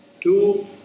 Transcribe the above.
two